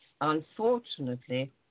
unfortunately